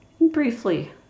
briefly